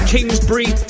Kingsbury